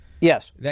Yes